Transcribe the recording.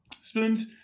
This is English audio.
Spoons